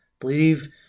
believe